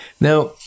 Now